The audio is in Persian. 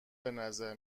بنظر